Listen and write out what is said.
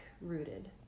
rooted